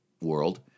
world